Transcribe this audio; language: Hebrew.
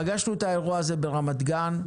פגשנו את האירוע הזה ברמת גן,